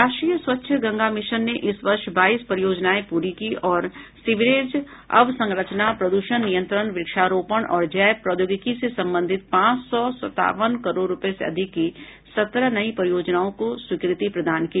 राष्ट्रीय स्वच्छ गंगा मिशन ने इस वर्ष बाईस परियोजनाएं पूरी की और सीवरेज अवसंरचना प्रद्रषण नियंत्रण व्रक्षारोपण और जैव प्रोद्योगिकी से संबंधित पांच सौ सत्तावन करोड़ रुपये से अधिक की सत्रह नई परियोजनाओं को स्वीकृति प्रदान की